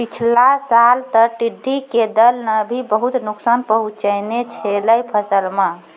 पिछला साल तॅ टिड्ढी के दल नॅ भी बहुत नुकसान पहुँचैने छेलै फसल मॅ